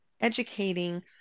educating